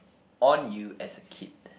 on you as a kid